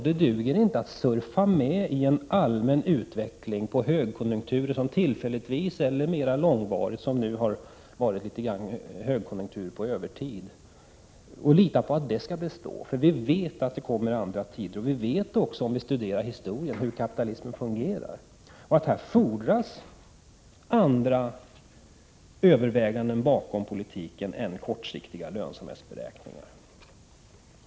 Det duger inte att surfa med på en allmän utveckling och högkonjunkturer, som är tillfälliga eller mera långvariga — nu har vi haft en högkonjunktur på övertid — och lita på att det skall bestå. Vi vet att det kommer andra tider. Vi vet också, genom att studera historien, hur kapitalismen fungerar. Här fordras andra överväganden bakom politiken än kortsiktiga lönsamhetsberäkningar.